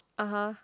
(uh huh)